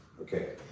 Okay